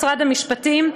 משרד המשפטים,